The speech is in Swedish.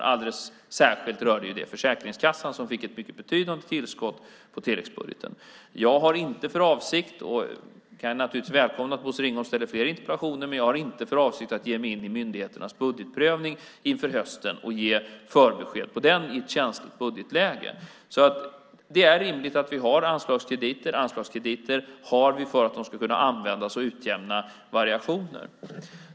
Det gäller alldeles särskilt Försäkringskassan som fick ett mycket betydande tillskott i tilläggsbudgeten. Jag kan naturligtvis välkomna att Bosse Ringholm ställer fler interpellationer. Men jag har inte för avsikt att ge mig in i myndigheternas budgetprövning och ge förbesked om den i ett känsligt budgetläge. Det är rimligt att vi har anslagskrediter. Anslagskrediter har vi för att de ska kunna användas och utjämna variationer.